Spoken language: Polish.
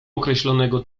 określonego